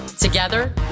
Together